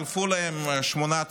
חלפו להם שמונה,